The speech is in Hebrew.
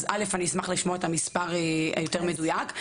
אז אשמח לשמוע את המספר היותר מדויק.